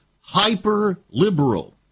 hyper-liberal